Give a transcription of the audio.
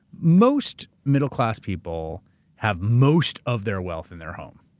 most middle-class people have most of their wealth in their home.